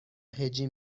هجی